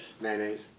Mayonnaise